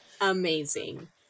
amazing